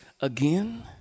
again